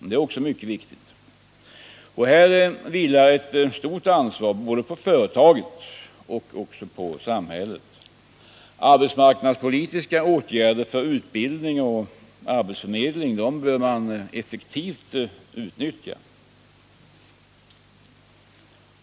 Detta är mycket viktigt. Här vilar ett stort ansvar på såväl företaget som samhället. Arbetsmarknadspolitiska åtgärder för utbildning och arbetsförmedling bör effektivt utnyttjas.